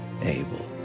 Abel